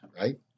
right